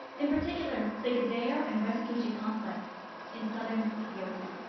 in particular, the gedeo and west guji conflict in southern ethiopia,